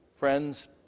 Friends